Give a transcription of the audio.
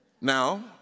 Now